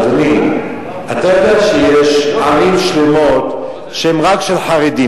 אדוני, אתה יודע שיש ערים שלמות שהן רק של חרדים.